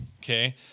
okay